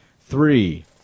Three